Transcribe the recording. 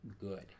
good